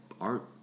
Art